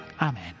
Amen